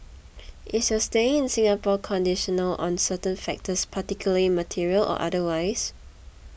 is your staying in Singapore conditional on certain factors particularly material or otherwise